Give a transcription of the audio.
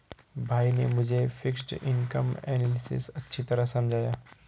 भाई ने मुझे फिक्स्ड इनकम एनालिसिस अच्छी तरह समझाया